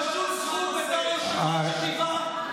אין לך שום זכות בתור יושב-ראש ישיבה,